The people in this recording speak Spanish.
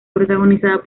protagonizada